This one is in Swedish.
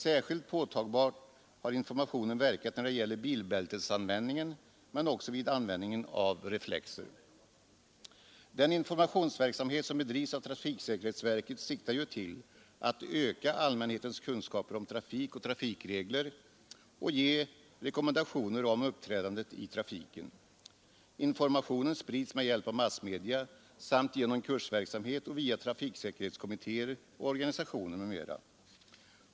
Särskilt påtagligt har informationen verkat när det gäller bilbältesanvändningen men också vid användningen av reflexer. Den informationsverksamhet som bedrivs av trafiksäkerhetsverket siktar ju till att öka allmänhetens kunskaper om trafik och trafikregler och ge rekommendationer om uppträdandet i trafiken. Informationen sprids med hjälp av massmedia samt genom kursverksamhet och via trafiksäkerhetskommittéer, organisationer m.m.